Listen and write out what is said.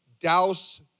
douse